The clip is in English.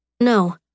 No